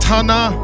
Tana